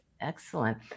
Excellent